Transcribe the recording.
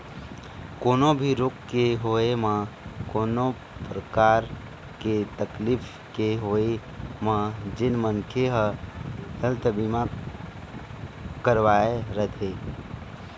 कोनो भी रोग के होय म कोनो परकार के तकलीफ के होय म जेन मनखे ह हेल्थ बीमा करवाय रथे